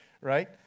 right